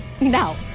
No